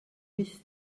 wyth